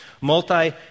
multi